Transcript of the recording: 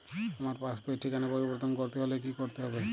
আমার পাসবই র ঠিকানা পরিবর্তন করতে হলে কী করতে হবে?